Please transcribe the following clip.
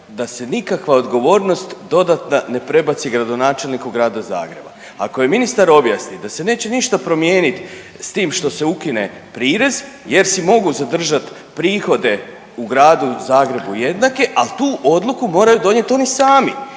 da se nikakva odgovornost dodatna ne prebaci gradonačelniku Grada Zagreba. Ako je ministar objasni da se neće ništa promijeniti s tim što se ukine prirez jer si mogu zadržati prihode u Gradu Zagrebu jednake, ali tu odluku moraju donijeti oni sami